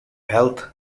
health